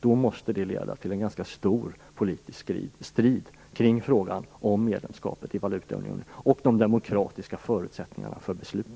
Det måste leda till en ganska stor politisk strid kring frågan om medlemskapet i valutaunionen och om de demokratiska förutsättningarna för beslutet.